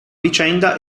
vicenda